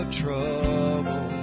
trouble